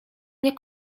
nie